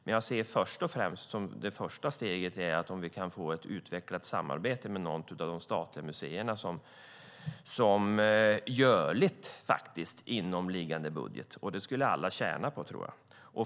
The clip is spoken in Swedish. Men jag ser som ett första steg att få ett utvecklat samarbete med något av de statliga museerna, vilket är görligt inom liggande budget. Det skulle alla tjäna på, tror jag.